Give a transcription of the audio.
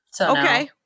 Okay